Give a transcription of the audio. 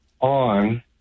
on